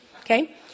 Okay